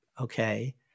okay